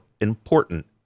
important